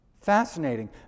Fascinating